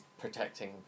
protecting